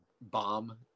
bomb